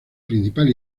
principal